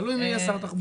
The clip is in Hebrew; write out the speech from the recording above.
תלוי מי יהיה שר התחבורה.